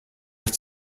ist